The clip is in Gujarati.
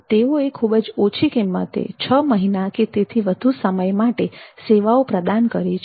તેઓએ ખૂબ જ ઓછી કિંમતે છ મહિના કે તેથી વધુ સમય માટે સેવાઓ પ્રદાન કરી છે